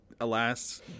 Alas